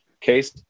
case